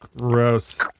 gross